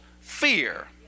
fear